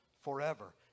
forever